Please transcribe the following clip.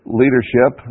leadership